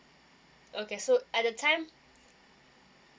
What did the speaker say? okay so at the time